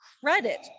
credit